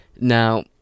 Now